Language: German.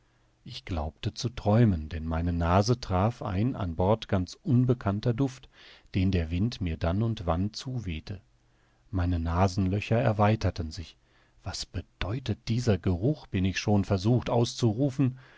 ich glaubte zu träumen denn meine nase traf ein an bord ganz unbekannter duft den der wind mir dann und wann zuwehte meine nasenlöcher erweiterten sich was bedeutet dieser geruch bin ich schon versucht auszurufen